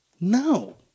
No